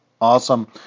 Awesome